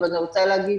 ואני רוצה להגיד